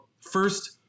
first